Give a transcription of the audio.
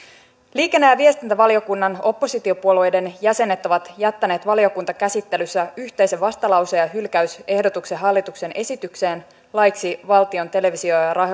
liikenne ja viestintävaliokunnan oppositiopuolueiden jäsenet ovat jättäneet valiokuntakäsittelyssä yhteisen vastalauseen ja hylkäysehdotuksen hallituksen esitykseen laiksi valtion televisio ja ja